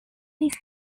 this